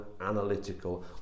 analytical